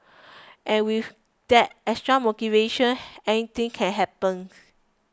and with that extra motivation anything can happen